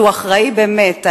שהוא אחראי באמת,